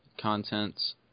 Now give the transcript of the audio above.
Contents